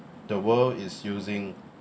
the world is using